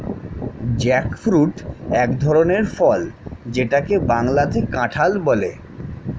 jackfruit এক ধরনের ফল যেটাকে বাংলাতে কাঁঠাল বলে